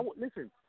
listen